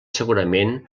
segurament